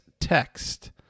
text